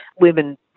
women